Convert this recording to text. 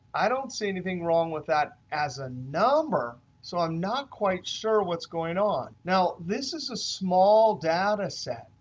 i don't see anything wrong with that as a number so i'm not quite sure what's going on. now, this is a small data set.